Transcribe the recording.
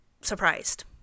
surprised